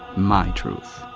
my truth!